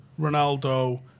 Ronaldo